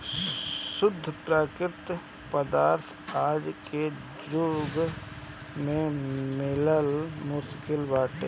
शुद्ध प्राकृतिक पदार्थ आज के जुग में मिलल मुश्किल बाटे